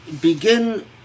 begin